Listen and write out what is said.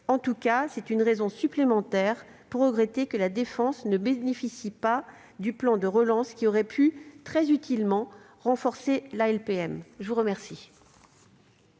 En tout cas, c'est une raison supplémentaire de regretter que la défense ne bénéficie pas du plan de relance, qui aurait pu très utilement renforcer la LPM. Mes chers